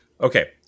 Okay